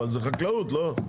אבל זה חקלאות, לא?